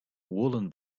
woolen